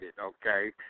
okay